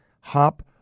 hop